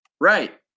Right